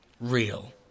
real